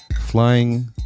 flying